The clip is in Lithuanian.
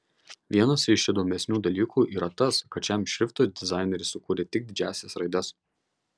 vienas iš įdomesnių dalykų yra tas kad šiam šriftui dizaineris sukūrė tik didžiąsias raides